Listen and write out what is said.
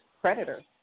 predators